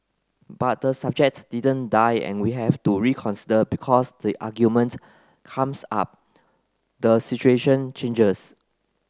but the subject didn't die and we have to reconsider because the argument comes up the situation changes